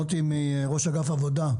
מוטי, ראש אגף עבודה,